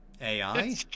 AI